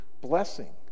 blessing